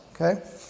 okay